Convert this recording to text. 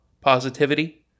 positivity